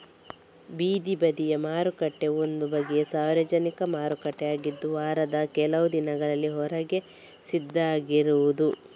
ಬೀದಿ ಬದಿಯ ಮಾರುಕಟ್ಟೆ ಒಂದು ಬಗೆಯ ಸಾರ್ವಜನಿಕ ಮಾರುಕಟ್ಟೆ ಆಗಿದ್ದು ವಾರದ ಕೆಲವು ದಿನಗಳಲ್ಲಿ ಹೊರಗೆ ಸಿದ್ಧ ಆಗಿರುದು